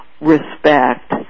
respect